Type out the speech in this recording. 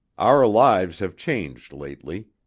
our lives have changed lately.